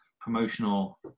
promotional